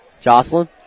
Jocelyn